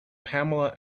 pamela